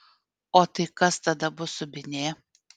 o tai kas tada bus subinė